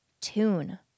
tune